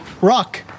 Rock